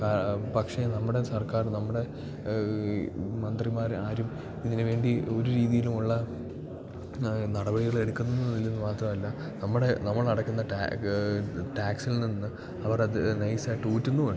കാരണം പക്ഷേ നമ്മുടെ സർക്കാറ് നമ്മുടെ മന്ത്രിമാര് ആരും ഇതിന് വേണ്ടി ഒര് രീതിയിലും ഉള്ള നടപടികൾ എടുക്കുന്നും ഇല്ലെന്ന് മാത്രം അല്ല നമ്മുടെ നമ്മളടയ്ക്കുന്ന റ്റാക്സ് ടാക്സിൽ നിന്ന് അവരത് നൈസായിട്ട് ഊറ്റുന്നും ഉണ്ട്